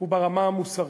וברמה המוסרית.